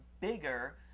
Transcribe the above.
bigger